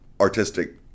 artistic